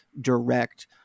Direct